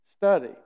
Study